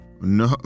No